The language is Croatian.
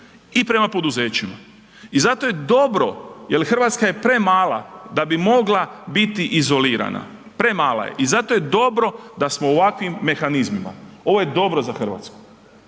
i prema poduzećima i zato je dobro jer Hrvatska je premala, da bi mogla biti izolirana. Premala je i zato je dobro da smo u ovakvim mehanizmima. Ovo je dobro za Hrvatsku.